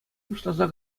пуҫласа